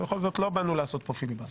ובכל זאת לא באנו לעשות פה פיליבסטר.